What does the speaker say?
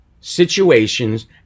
situations